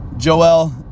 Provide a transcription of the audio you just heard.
Joel